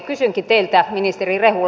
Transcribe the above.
kysynkin teiltä ministeri rehula